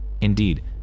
Indeed